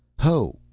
ho,